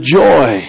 joy